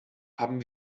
haben